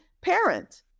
parent